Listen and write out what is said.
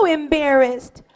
embarrassed